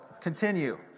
continue